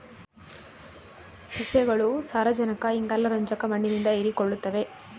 ಸಸ್ಯಗಳು ಸಾರಜನಕ ಇಂಗಾಲ ರಂಜಕ ಮಣ್ಣಿನಿಂದ ಹೀರಿಕೊಳ್ಳುತ್ತವೆ